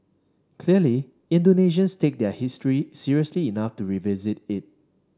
clearly Indonesians take their history seriously enough to revisit it